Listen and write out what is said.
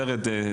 ורד,